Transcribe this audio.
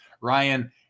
Ryan